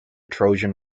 trojan